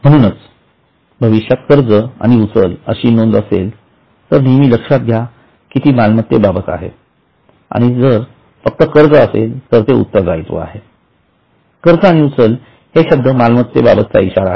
म्हणून भविष्यात कर्ज आणि उचल अशी नोंद असेल तर नेहमी लक्षात घ्या की ती मालमत्ते बाबत आहे आणि जर फक्त कर्ज असेल तर ते उत्तरदायित्व आहे कर्ज आणि उचल हे शब्द मालमतेबाबतचा इशारा आहेत